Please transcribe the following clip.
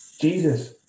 Jesus